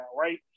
right